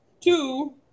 two